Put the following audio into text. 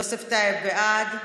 בעד, יוסף טייב, בעד,